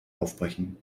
aufbrechen